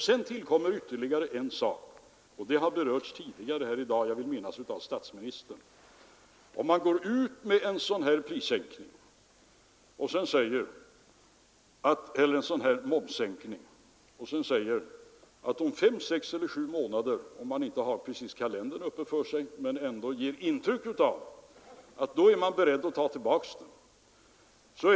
Sedan tillkommer ytterligare en sak, som berörts tidigare i dag — jag vill minnas att det var av statsministern: Låt oss anta att man går ut med en sådan här momssänkning och ger intryck av att man är beredd att höja momsen igen efter fem, sex eller sju månader — även om man inte har kalendern framför sig och anger någon exakt dag.